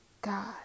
God